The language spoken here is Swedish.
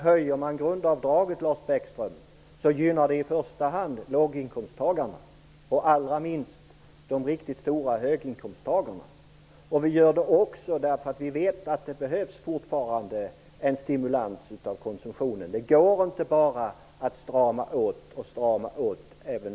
Höjer man grundavdraget, Lars Bäckström, gynnar det i första hand låginkomsttagarna och allra minst de mycket stora höginkomsttagarna. Vi vill för det andra göra det också därför att vi vet att produktionen fortfarande behöver en stimulans. Det går inte heller nu att bara strama åt.